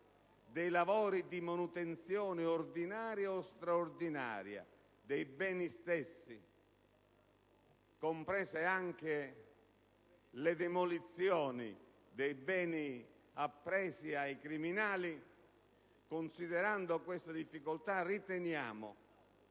dei lavori di manutenzione ordinaria o straordinaria dei beni stessi (comprese anche le demolizioni dei beni appresi ai criminali), uno Stato inerte dia un segnale